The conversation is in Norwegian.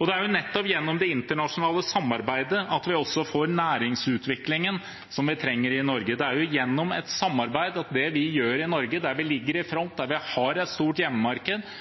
Det er nettopp gjennom det internasjonale samarbeidet at vi også får næringsutviklingen som vi trenger i Norge. Det er gjennom et samarbeid at det vi gjør i Norge – der vi ligger i front, der vi har et stort hjemmemarked –